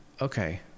okay